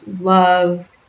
love